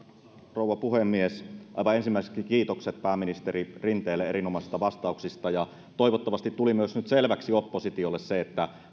rouva puhemies aivan ensimmäiseksi kiitokset pääministeri rinteelle erinomaisista vastauksista toivottavasti tuli nyt selväksi myös oppositiolle se että